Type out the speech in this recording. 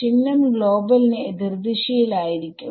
ചിഹ്നം ഗ്ലോബൽ ന് എതിർദിശയിൽ ആയിരിക്കും